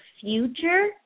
future